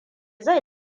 zai